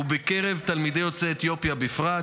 ובקרב תלמידים יוצאי אתיופיה בפרט.